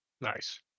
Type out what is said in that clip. Nice